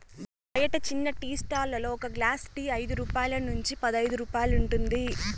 బయట చిన్న tea stall లలో ఒక గ్లాస్ టీ ఐదు రూపాయల నుంచి పదైదు రూపాయలు ఉంటుంది